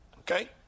Okay